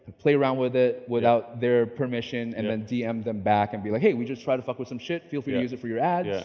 play around with it without their permission, and then dm them back, and be like hey, we just tried to f ck with some shit. feel free to use it for your ad. yeah